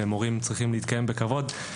"מורים צריכים להתקיים בכבוד".